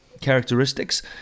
characteristics